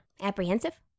Apprehensive